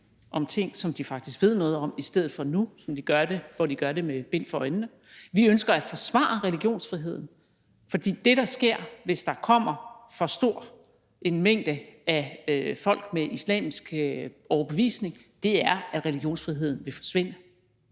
om ting, som de faktisk ved noget om, i stedet for som det er nu, hvor de gør det med bind for øjnene. Vi ønsker at forsvare religionsfriheden, fordi det, der sker, hvis der kommer for stor en mængde af folk med islamisk overbevisning, er, at religionsfriheden vil forsvinde.